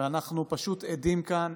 ואנחנו פשוט עדים כאן